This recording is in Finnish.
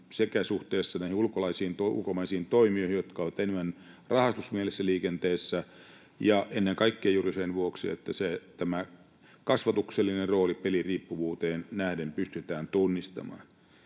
sekä suhteessa näihin ulkomaisiin toimijoihin, jotka ovat enemmän rahastusmielessä liikenteessä, ja ennen kaikkea juuri sen vuoksi, että tämä kasvatuksellinen rooli peliriippuvuuteen nähden pystytään tunnistamaan.